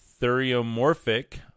theriomorphic